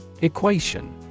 Equation